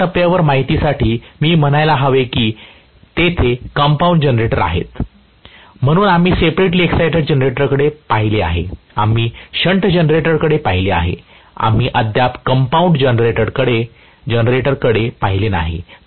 फक्त या टप्प्यावर माहितीसाठी मी म्हणायला हवे की तेथे कंपाऊंड जनरेटर आहेत म्हणून आम्ही सेपरेटली एक्साईटेड जनरेटरकडे पाहिले आहे आम्ही शंट जनरेटरकडे पाहिले आहे आम्ही अद्याप कंपाऊंड जनरेटरकडे पाहिले नाही